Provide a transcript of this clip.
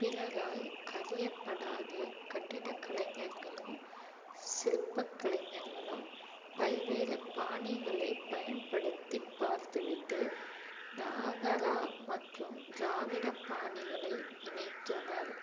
பிறரால் அறியப்படாத கட்டிடக்கலைஞர்களும் சிற்பக்கலைஞர்களும் பல்வேறு பாணிகளைப் பயன்படுத்திப் பார்த்துவிட்டு நாகரா மற்றும் திராவிட பாணிகளை இணைத்தனர்